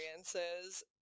experiences